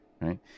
right